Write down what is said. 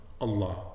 Allah